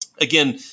Again